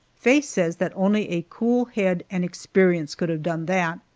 faye says that only a cool head and experience could have done that.